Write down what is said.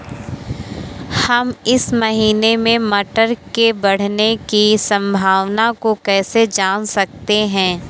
हम इस महीने में टमाटर के बढ़ने की संभावना को कैसे जान सकते हैं?